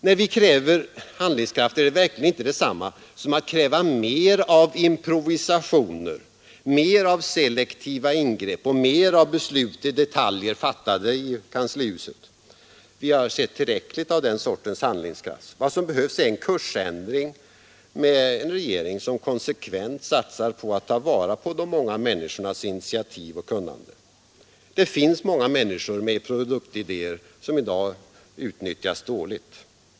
När vi kräver handlingskraft är det verkligen inte detsamma som att kräva mer av improvisationer, mer av selektiva ingrepp och mer av beslut i detaljer fattade i kanslihuset. Vi har sett tillräckligt av den sortens handlingskraft. Vad som behövs är en kursändring, med en regering som konsekvent satsar på att ta vara på de många människornas initiativ och kunnande. Det finns många människor med produktidéer som i dag utnyttjas dåligt.